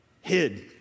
hid